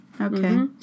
Okay